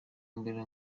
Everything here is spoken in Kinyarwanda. mbere